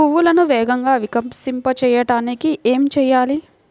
పువ్వులను వేగంగా వికసింపచేయటానికి ఏమి చేయాలి?